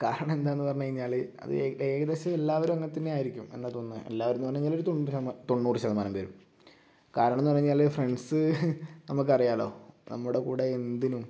കാരണം എന്താണെന്ന് പറഞ്ഞു കഴിഞ്ഞാൽ അത് ഏകദേശം എല്ലാവരും അങ്ങനെ തന്നെയായിരിക്കും എന്നാണ് തോന്നുന്നത് എല്ലാവരും എന്ന് പറഞ്ഞാൽ ഒരു തൊണ്ണൂറ്റ് ശതമാ തൊണ്ണൂറ് ശതമാനം പേരും കാരണം എന്ന് പറഞ്ഞാൽ ഫ്രണ്ട്സ് നമുക്ക് അറിയാമല്ലോ നമ്മുടെ കൂടെ എന്തിനും